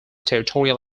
territorial